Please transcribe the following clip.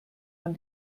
man